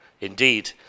Indeed